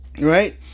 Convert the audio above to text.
right